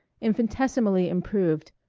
infinitesimally improved,